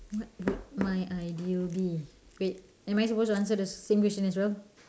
what would my ideal be wait am I suppose to answer the same question as well